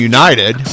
United